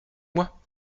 moi